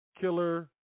killer